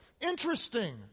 Interesting